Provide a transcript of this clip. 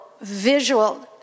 visual